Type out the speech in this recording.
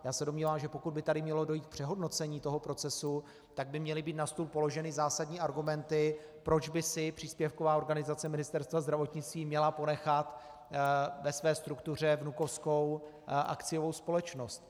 Já se domnívám, že pokud by tady mělo dojít k přehodnocení toho procesu, tak by měly být na stůl položeny zásadní argumenty, proč by si příspěvková organizace Ministerstva zdravotnictví měla ponechat ve své struktuře vnukovskou akciovou společnost.